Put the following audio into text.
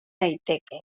daiteke